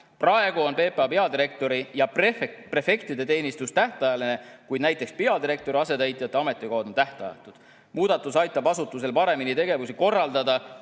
Praegu on PPA peadirektori ja prefektide teenistus tähtajaline, kuid näiteks peadirektori asetäitjate ametikohad on tähtajatud. Muudatus aitab asutusel paremini tegevust korraldada,